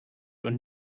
und